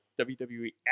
WWE